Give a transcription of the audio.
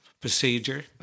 procedure